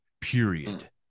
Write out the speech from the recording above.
period